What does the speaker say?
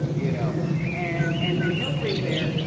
you know and and then hilary's there.